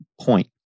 point